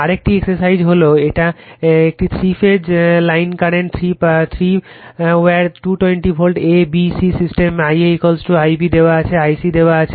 আরেকটি এক্সারসাইজ হল এটা একটি থ্রি ফেজে line current three wire 220 volt a b c system Ia Ib দেওয়া আছে Ic দেওয়া আছে